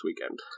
weekend